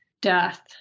death